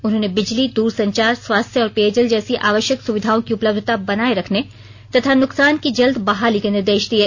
उन्होंने बिजली दूरसंचार स्वास्थ्य और पेय जल जैसी आवश्यक सुविधाओं की उपलब्धता बनाए रखने तथा नुकसान की जल्द बहाली के निर्देश दिये